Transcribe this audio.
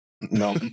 No